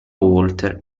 walter